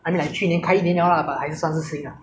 那个 ramen 很难吃不要去吃